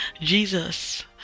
jesus